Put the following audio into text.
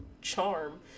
charm